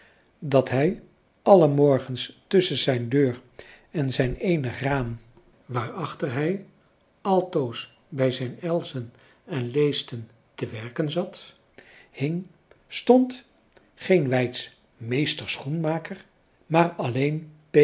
dat hij alle morgens tusschen zijn deur en zijn eenig raam waarachter hij altoos bij zijn elzen en leesten te werken zat hing stond geen weidsch mr schoenmaker maar alleen